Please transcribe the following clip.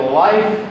life